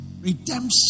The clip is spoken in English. redemption